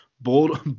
bold